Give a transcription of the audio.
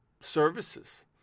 services